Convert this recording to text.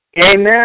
Amen